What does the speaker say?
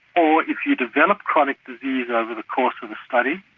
or if you develop chronic disease over the course of the study,